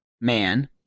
Man